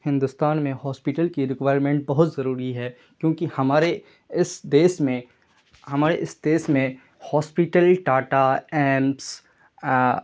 ہندوستان میں ہوسپیٹل کی ریکوائرمنٹ بہت ضروری ہے کیونکہ ہمارے اس دیش میں ہمارے اس دیش میں ہاسپیٹل ٹاٹا ایمس